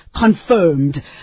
confirmed